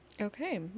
okay